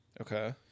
Okay